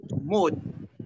mood